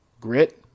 grit